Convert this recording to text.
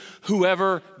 whoever